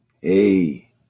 Hey